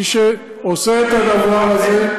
מי שעושה את הדבר הזה,